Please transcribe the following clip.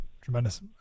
Tremendous